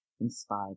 inspired